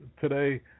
today